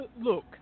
look